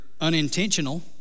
unintentional